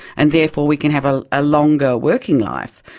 and therefore we can have a ah longer working life.